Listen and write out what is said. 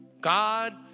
God